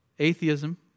Atheism